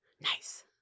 Nice